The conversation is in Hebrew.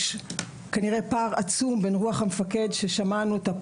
כנראה פער עצום בין רוח המפקד ששמענו פה